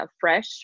fresh